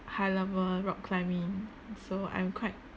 high level rock climbing so I'm quite